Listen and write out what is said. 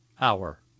hour